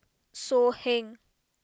So Heng